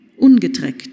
Ungetreckt